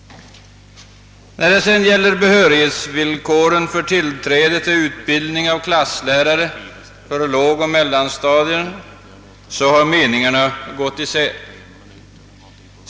När det gäller behörighetsvillkoren för tillträde till utbildning av klasslärare för lågoch mellanstadierna har meningarna gått isär.